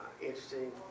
interesting